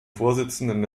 vorsitzenden